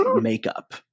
makeup